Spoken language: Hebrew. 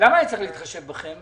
למה אני צריך להתחשב בכם?